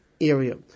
area